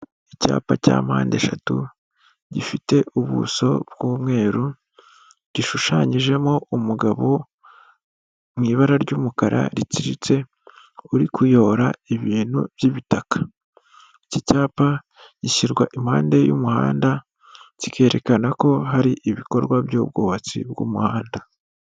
Icyapa cya mpandeshatu gifite ubuso bw'umweru, gishushanyijemo umugabo mu ibara ry'umukara ritsiritse uri kuyora ibintu by'ibitaka. Iki cyapa gishyirwa impande y'umuhanda, kikerekana ko hari ibikorwa by'ubwubatsi bw'umuhanda.